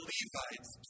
Levites